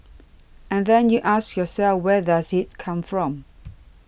and then you ask yourself whether does it come from